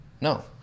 no